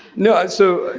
no. so,